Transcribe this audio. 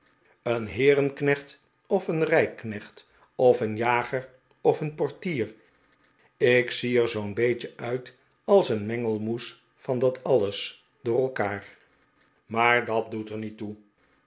een heerenknecht of een rijknecht of een jager of een portier ik zie er zoo'n beetje uit als een mengelmoes van dat alles door elkaar maar dat doet ex niet toe